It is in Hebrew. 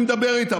אני מדבר איתם,